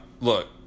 look